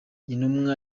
intumwa